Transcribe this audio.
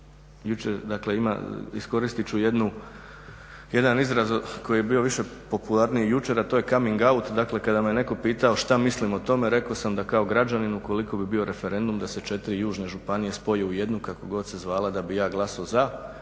Iskoristit ću jedan izraz koji je bio više popularniji jučer, a to je coming out dakle kada me netko pitao šta mislim o tome, rekao sam da kao građanin ukoliko bi bio referendum da se 4 južne županije spoje u jednu kako god se zvala da bi ja glasovao